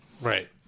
Right